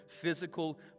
physical